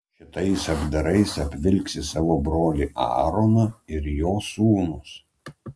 šitais apdarais apvilksi savo brolį aaroną ir jo sūnus